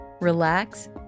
relax